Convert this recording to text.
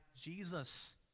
Jesus